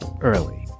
early